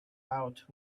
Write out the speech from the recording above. out